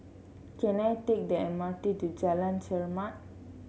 can I take the M R T to Jalan Chermat